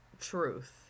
truth